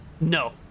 No